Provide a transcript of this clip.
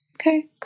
Okay